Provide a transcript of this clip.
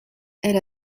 elle